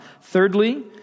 Thirdly